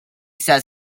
says